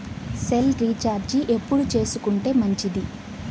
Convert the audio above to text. Cell recharge ఎప్పుడు చేసుకొంటే మంచిది?